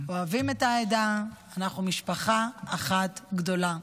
אנחנו אוהבים את העדה, אנחנו משפחה אחת גדולה.